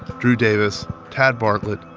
drew davis, tad bartlett,